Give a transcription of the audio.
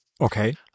Okay